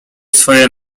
swoje